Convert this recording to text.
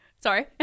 sorry